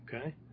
Okay